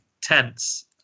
tense